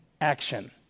action